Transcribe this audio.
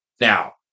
Now